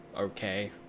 okay